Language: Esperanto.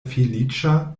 feliĉa